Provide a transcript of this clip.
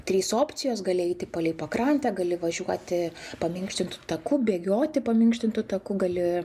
trys opcijos gali eiti palei pakrantę gali važiuoti paminkštintu taku bėgioti paminkštintu taku gali